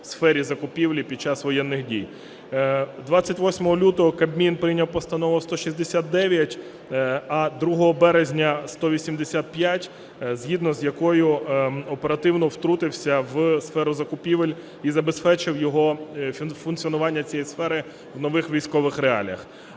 28 лютого Кабмін прийняв постанову 169, а 2 березня – 185, згідно з якою оперативно втрутився в сферу закупівель і забезпечив функціонування цієї сфери в нових військових реаліях.